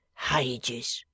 Hages